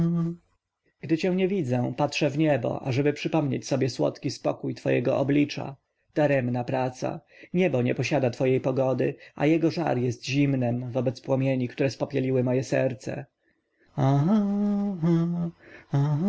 gdy cię nie widzę patrzę na niebo ażeby przypomnieć sobie słodki spokój twojego oblicza daremna praca niebo nie posiada twojej pogody a jego żar jest zimnem wobec płomieni które spopieliły moje serce